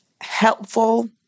helpful